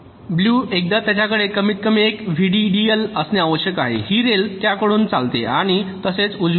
blue एकदा त्यांच्याकडे कमीतकमी एक व्हीडीडीएल असणे आवश्यक आहे ही रेल त्यांच्याकडून चालते आणि असेच उजवीकडे